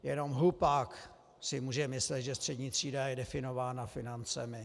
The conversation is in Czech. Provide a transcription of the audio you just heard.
Jenom hlupák si může myslet, že střední třída je definována financemi.